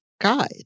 guide